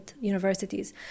universities